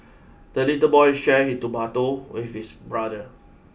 the little boy shared his tomato with his brother